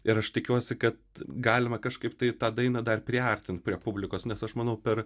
ir aš tikiuosi kad galima kažkaip tai tą dainą dar priartint prie publikos nes aš manau per